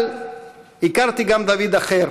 אבל הכרתי גם דוד אחר